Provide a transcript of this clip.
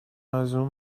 ازاون